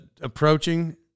approaching